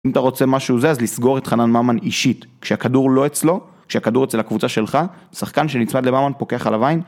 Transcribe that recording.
אם אתה רוצה משהו זה, אז לסגור את חנן ממן אישית, כשהכדור לא אצלו, כשהכדור אצל הקבוצה שלך, שחקן שנצמד לממן פוקח עליו עין.